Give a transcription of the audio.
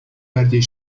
bardziej